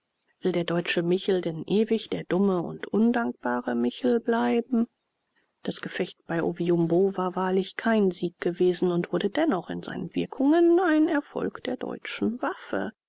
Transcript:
will der deutsche michel denn ewig der dumme und undankbare michel bleiben das gefecht bei oviumbo war wahrlich kein sieg gewesen und wurde dennoch in seinen wirkungen ein erfolg der deutschen waffen